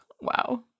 Wow